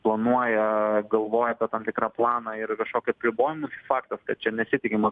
planuoja galvoja apie tam tikrą planą ir kažkokius apribojimus faktas kad čia nesitikima